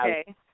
Okay